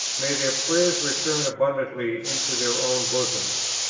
may their prayers return abundantly into their own bosoms.